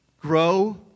Grow